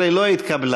11 לא התקבלה.